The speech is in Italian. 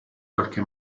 qualche